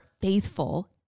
faithful